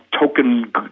token